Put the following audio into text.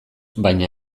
baina